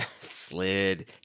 Slid